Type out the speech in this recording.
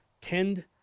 tend